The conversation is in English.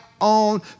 on